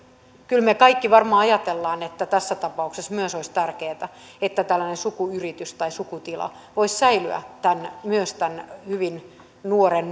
kyllä me kaikki varmaan ajattelemme että tässä tapauksessa myös olisi tärkeätä että tämmöinen sukuyritys tai sukutila voisi säilyä myös tämän hyvin nuoren